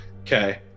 Okay